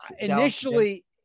Initially